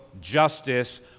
justice